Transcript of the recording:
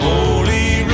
Holy